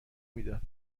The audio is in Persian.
میداد